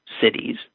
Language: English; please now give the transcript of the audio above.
cities